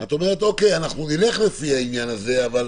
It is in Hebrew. את אומרת, אוקיי, אנחנו נלך לפי העניין הזה אבל